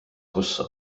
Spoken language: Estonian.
kus